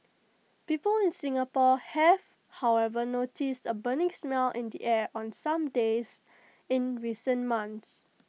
people in Singapore have however noticed A burning smell in the air on some days in recent months